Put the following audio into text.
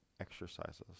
exercises